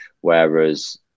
Whereas